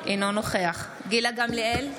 אינו נוכח גילה גמליאל,